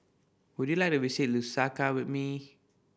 would you like to visit Lusaka with me